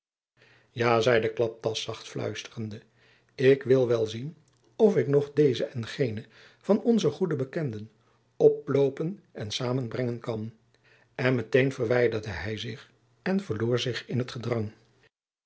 ja zeide klaptas zacht fluisterende ik wil wel zien of ik nog dezen en genen van onze goede bekenden oploopen en samenbrengen kan en meteen verwijderde hy zich en verloor zich in het gedrang